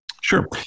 Sure